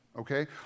okay